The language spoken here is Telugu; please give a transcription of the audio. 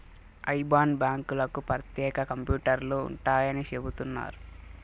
ఐబాన్ బ్యాంకులకు ప్రత్యేక కంప్యూటర్లు ఉంటాయని చెబుతున్నారు